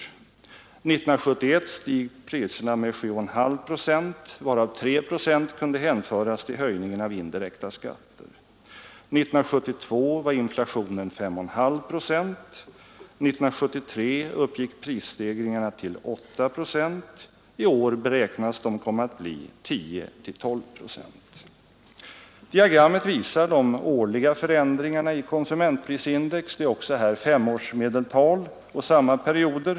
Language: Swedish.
1970 steg priserna med 7,5 procent, varav 3 procent kunde hänföras till höjningen av indirekta skatter. 1972 var inflationen 5,5 procent. 1973 uppgick prisstegringarna till 8 procent. I år beräknas de komma att bli 10—12 procent. Diagrammet visar de årliga förändringarna i konsumentprisindex; det rör sig också här om femårsmedeltal för samma perioder.